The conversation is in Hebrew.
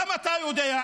גם אתה יודע,